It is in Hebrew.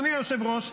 אדוני היושב-ראש,